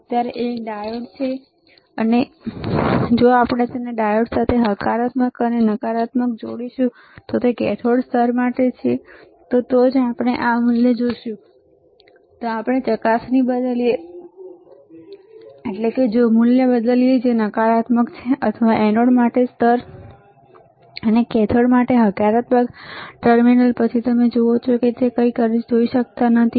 અત્યારે એક ડાયોડ છે અને જો આપણે તેને એનોડ સાથે હકારાત્મક અને નકારાત્મક સાથે જોડીશું તો કેથોડ માટે સ્તર છે તો જ આપણે આ મૂલ્ય જોશું જો આપણે ચકાસણી બદલીએ એટલે કે જો મૂલ્ય બદલીએ કે જે નકારાત્મક છે અથવા એનોડ માટે સ્તર અને કેથોડ માટે હકારાત્મક ટર્મિનલ પછી તમે જુઓ છો તમે કંઈપણ જોઈ શકતા નથી